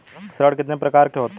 ऋण कितने प्रकार के होते हैं?